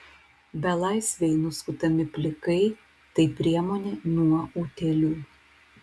belaisviai nuskutami plikai tai priemonė nuo utėlių